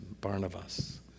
Barnabas